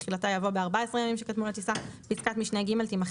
בתחילתה יבוא "ב-14 הימים שקדמו לטיסה"; פסקת משנה (ג) תימחק,